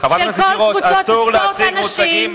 של כל קבוצות הספורט הנשי,